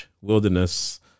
wilderness